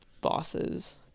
bosses